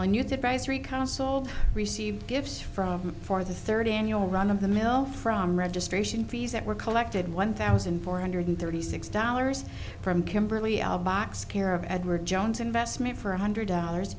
surprise three console received gifts from for the third annual run of the mill from registration fees that were collected one thousand four hundred thirty six dollars from kimberly al box care of edward jones investment for one hundred dollars